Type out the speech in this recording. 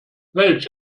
welch